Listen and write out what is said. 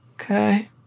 okay